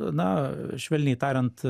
na švelniai tariant